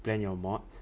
plan your mods